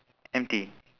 empty